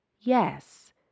Yes